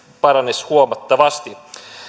paranisi huomattavasti